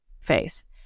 face